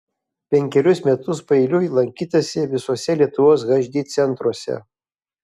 penkerius metus paeiliui lankytasi visuose lietuvos hd centruose